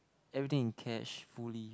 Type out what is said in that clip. everything in cash fully